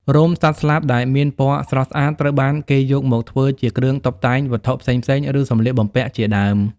រោមសត្វស្លាបដែលមានពណ៌ស្រស់ស្អាតត្រូវបានគេយកមកធ្វើជាគ្រឿងតុបតែងវត្ថុផ្សេងៗឬសម្លៀកបំពាក់ជាដើម។